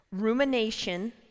Rumination